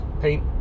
paint